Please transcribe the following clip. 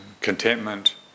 contentment